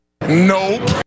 Nope